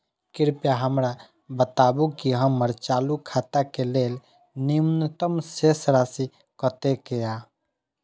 कृपया हमरा बताबू कि हमर चालू खाता के लेल न्यूनतम शेष राशि कतेक या